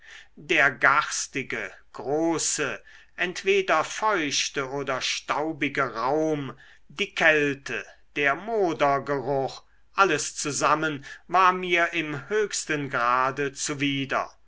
der garstige große entweder feuchte oder staubige raum die kälte der modergeruch alles zusammen war mir im höchsten grade zuwider